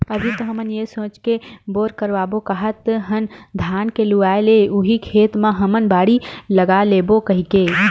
अभी तो हमन ये सोच के बोर करवाबो काहत हन धान के लुवाय ले उही खेत म हमन बाड़ी लगा लेबो कहिके